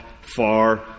far